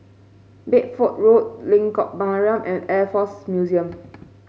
Bedford Road Lengkok Mariam and Air Force Museum